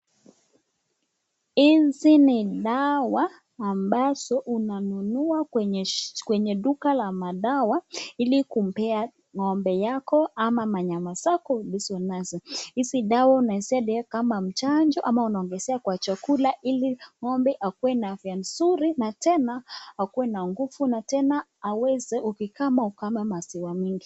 Hizi ni dawa ambazo unanunua kwenye kwenye duka la madawa ili kumpea ng'ombe yako ama wanyama zako ulizo nazo. Hizi dawa unaisaidia kama mchanjo ama unaongezea kwa chakula ili ng'ombe akue na afya nzuri na tena akue na nguvu na tena aweze ukikama ukame maziwa mengi.